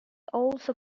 also